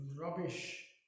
rubbish